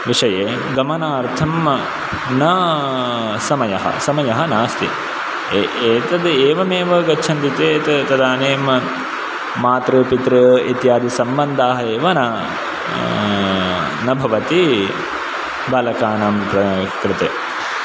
विषये गमनार्थं ना समयः समयः नास्ति एतद् एवमेव गच्छन्ति चेत् तदानीं मातृ पितृ इत्यादि सम्बन्धाः एव न न भवति बालाकानां क्रा कृते